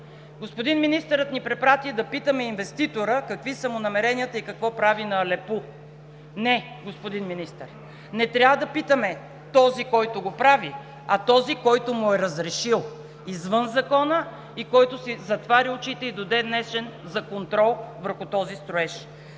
Господин министърът ни препрати да питаме инвеститора какви са му намеренията и какво прави на Алепу. Не, господин Министър, не трябва да питаме този, който го прави, а този, който му е разрешил извън закона и който си затваря очите и до ден днешен за контрол върху този строеж.